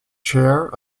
chair